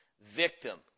Victim